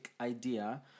idea